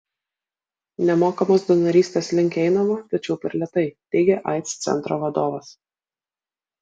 nemokamos donorystės link einama tačiau per lėtai teigė aids centro vadovas